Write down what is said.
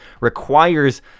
requires